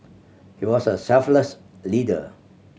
he was a selfless leader